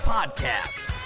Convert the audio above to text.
Podcast